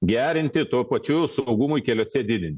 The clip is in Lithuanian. gerinti tuo pačiu saugumui keliuose didinti